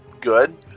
good